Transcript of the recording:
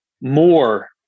more